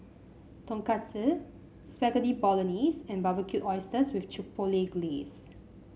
Tonkatsu Spaghetti Bolognese and Barbecued Oysters with Chipotle Glaze